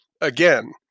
Again